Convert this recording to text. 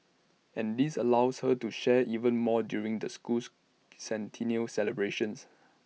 and this allows her to share even more during the school's centennial celebrations